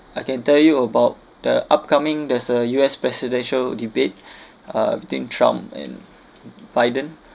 I can tell you about the upcoming there's a U_S presidential debate uh between trump and biden